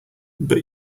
but